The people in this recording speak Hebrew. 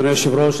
אדוני היושב-ראש,